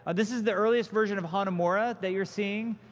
this is the earliest version of hanamura that you're seeing,